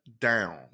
down